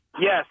Yes